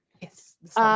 Yes